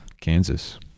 kansas